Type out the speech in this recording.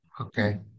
Okay